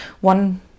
one